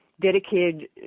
dedicated